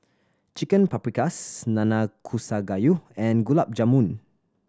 Chicken Paprikas Nanakusa Gayu and Gulab Jamun